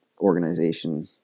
organization